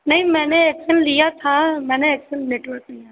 नहीं मैंने एक्शन लिया था मैंने एक्शन नेटवर्क नहीं आ रहा